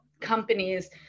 companies